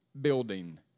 building